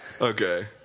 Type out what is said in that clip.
Okay